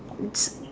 it's